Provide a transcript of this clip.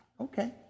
Okay